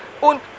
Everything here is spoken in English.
und